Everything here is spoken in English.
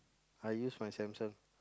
I use my Samsung